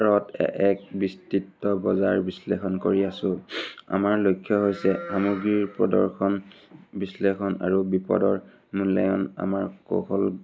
স্ফিয়াৰত এক বিস্তৃত বজাৰ বিশ্লেষণ কৰি আছোঁ আমাৰ লক্ষ্য হৈছে সামগ্ৰীৰ প্ৰদৰ্শন বিশ্লেষণ আৰু বিপদৰ মূল্যায়ন আমাৰ কৌশল